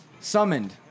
summoned